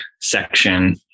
section